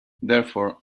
therefore